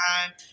time